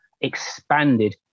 expanded